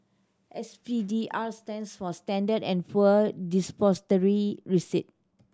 S P D R stands for Standard and Poor Depository Receipt